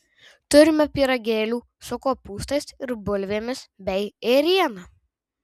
turime pyragėlių su kopūstais ir bulvėmis bei ėriena